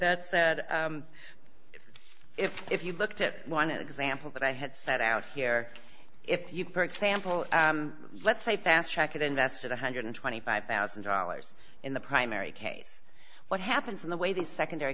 that said if if you looked at one example that i had set out here if you purchase sample let's say fast track it invested one hundred and twenty five thousand dollars in the primary case what happens in the way these secondary